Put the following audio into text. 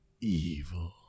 Evil